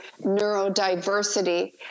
neurodiversity